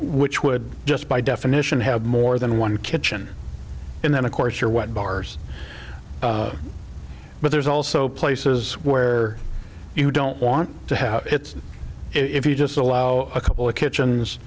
which would just by definition have more than one kitchen and then of course you're what bars but there's also places where you don't want to have it if you just allow a couple of kitchens